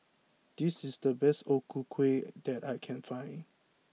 this is the best O Ku Kueh that I can find